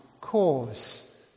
cause